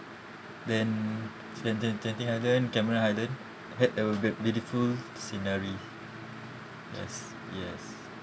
gen~ gen~ gen~ genting highland cameron highland had a b~ beautiful scenery yes yes